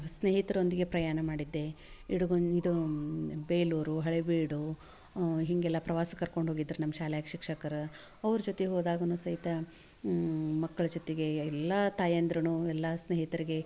ಸ್ನೇಹಿತರೊಂದಿಗೆ ಪ್ರಯಾಣ ಮಾಡಿದ್ದೆ ಇಡಗುನ್ ಇದು ಬೇಲೂರು ಹಳೆಬೀಡು ಹೀಗೆಲ್ಲ ಪ್ರವಾಸಕ್ಕೆ ಕರ್ಕೊಂಡು ಹೋಗಿದ್ರು ನಮ್ಮ ಶಾಲ್ಯಾಗ ಶಿಕ್ಷಕ್ರು ಅವ್ರ ಜೊತಿಗೆ ಹೋದಾಗೂನು ಸಹಿತ ಮಕ್ಳ ಜೊತೆಗೆ ಎಲ್ಲ ತಾಯಂದ್ರೂ ಎಲ್ಲ ಸ್ನೇಹಿತರಿಗೆ